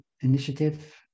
initiative